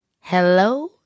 hello